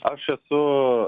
aš esu